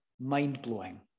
mind-blowing